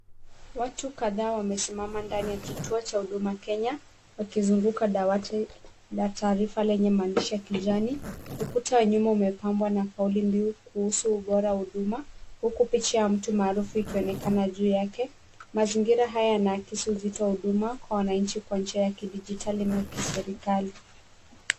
Watu kadhaa wamesimama ndani ya kituo cha Huduma Kenya wakizunguka dawati la taarifa lenye maandishi ya kijani. Ukuta wa nyuma umepambwa na kauli mbiu kuhusu ubora wa huduma huku picha ya mtu maarufu ikionekana juu yake. Mazingira haya yanaakisi uzito wa huduma kwa wananchi kwa njia ya kidijitali na kiserikali.